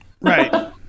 Right